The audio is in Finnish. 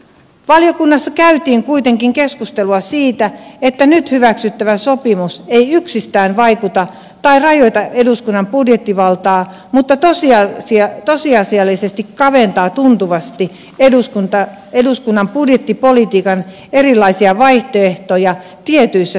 valiokunnassa käytiin kuitenkin keskustelua siitä että nyt hyväksyttävä sopimus ei yksistään vaikuta tai rajoita eduskunnan budjettivaltaa mutta tosiasiallisesti kaventaa tuntuvasti eduskunnan budjettipolitiikan erilaisia vaihtoehtoja tietyissä suhdannetilanteissa